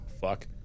fuck